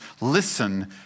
listen